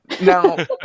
now